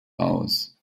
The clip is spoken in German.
aus